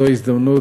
זו הזדמנות,